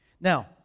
Now